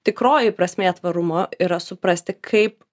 tikroji prasmė tvarumo yra suprasti kaip